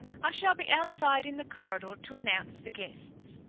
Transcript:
i shall be outside in the corridor to announce the guests.